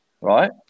right